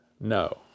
no